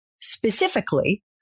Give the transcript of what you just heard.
Specifically